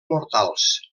mortals